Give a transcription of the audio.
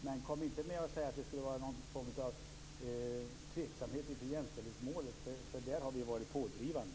Men kom inte och säg att det skulle finnas någon form av tveksamhet inför jämställdhetsmålet! Där har vi från Folkpartiet varit pådrivande.